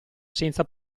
senza